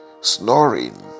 snoring